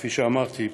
כפי שאמרתי,